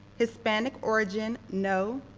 hispanic origin, no.